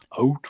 out